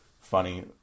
funny